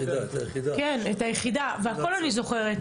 הכול אני זוכרת,